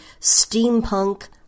steampunk